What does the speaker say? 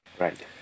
Right